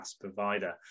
provider